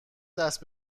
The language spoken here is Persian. دست